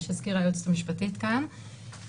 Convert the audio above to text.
שהזכירה היועצת המשפטית כאן,